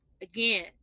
Again